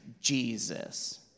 Jesus